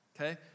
Okay